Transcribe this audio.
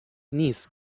نیست